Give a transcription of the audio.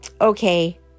okay